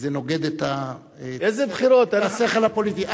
זה נוגד את השכל הפוליטי.